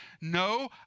No